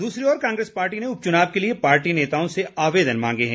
दूसरी ओर कांग्रेस पार्टी ने उपचुनाव के लिए पार्टी नेताओं से आवेदन मांगे हैं